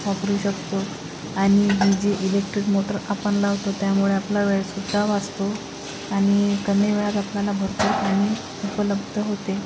वापरू शकतो आणि ही जी इलेक्ट्रिक मोटर आपण लावतो त्यामुळे आपला वेळसुद्धा वाचतो आणि कमी वेळात आपल्याला भरपूर पाणी उपलब्ध होते